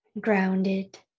grounded